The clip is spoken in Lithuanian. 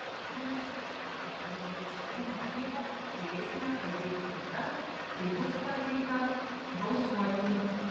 ponia šličyte mes dėl šitų motyvų galėsime kalbėti tada kai bus pateikta balsuoti